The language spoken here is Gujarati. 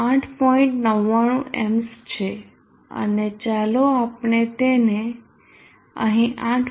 99 એમ્સ છે અને ચાલો આપણે તેને અહીં 8